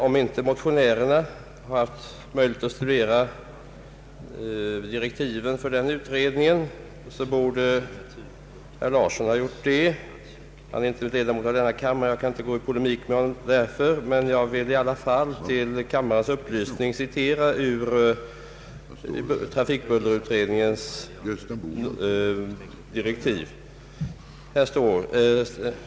Om inte motionärerna har haft möjlighet att studera direktiven för den utredningen, så borde i varje fall herr Larsson ha haft det. Han är inte ledamot av denna kammare, och jag kan därför inte gå i polemik med honom. Jag vill emellertid för kammarens upplysning citera ur trafikbullerutredningens direktiv.